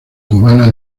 cubana